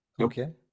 Okay